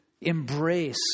embrace